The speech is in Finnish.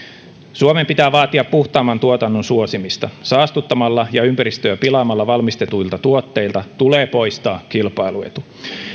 suomen pitää vaatia puhtaamman tuotannon suosimista saastuttamalla ja ympäristöä pilaamalla valmistetuilta tuotteilta tulee poistaa kilpailuetu